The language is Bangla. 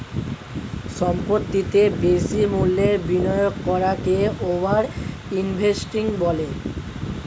সম্পত্তিতে বেশি মূল্যের বিনিয়োগ করাকে ওভার ইনভেস্টিং বলে